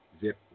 zip